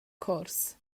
cwrs